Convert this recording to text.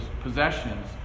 possessions